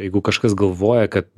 jeigu kažkas galvoja kad